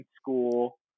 school